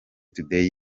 today